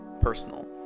personal